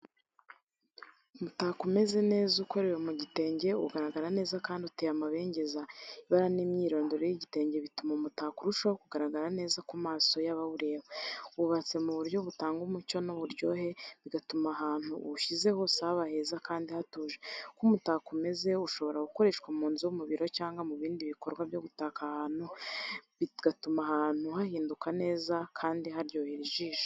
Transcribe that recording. Umutako umeze neza, ukorewe mu gitenge, ugaragara neza kandi uteye amabengeza. Ibara n’imyirondoro y’igitenge bituma umutako urushaho kugaragara neza ku maso y’abawureba. Wubatse mu buryo butanga umucyo n’uburyohe, bigatuma ahantu uwushyize hose haba heza kandi hatuje. Uko umutako umeze ushobora gukoreshwa mu nzu, mu biro cyangwa mu bindi bikorwa byo gutaka ahantu, bigatuma ahantu hahinduka heza kandi haryoheye ijisho.